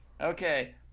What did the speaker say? Okay